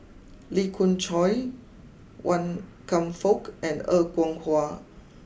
Lee Khoon Choy Wan Kam Fook and Er Kwong Wah